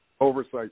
oversight